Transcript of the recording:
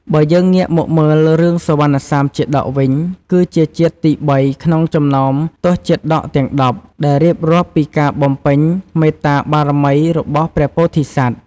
បើយើងងាកមកមើលរឿងសុវណ្ណសាមជាតកវិញ គឺជាជាតិទីបីក្នុងចំណោមទសជាតកទាំង ១០ ដែលរៀបរាប់ពីការបំពេញ មេត្តាបារមី របស់ព្រះពោធិសត្វ។